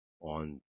on